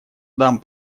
дам